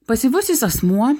pasyvusis asmuo